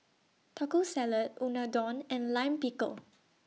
Taco Salad Unadon and Lime Pickle